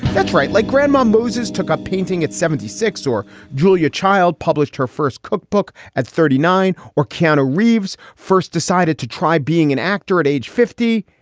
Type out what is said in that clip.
that's right like grandma moses took a painting at seventy six or julia child published her first cookbook at thirty nine or counter. reeve's first decided to try being an actor at age fifty.